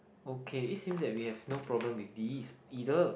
okay it seems like we have no problems with this either